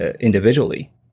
Individually